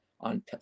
on